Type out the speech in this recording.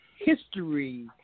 history